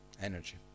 energy